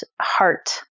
heart